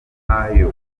nk’ayo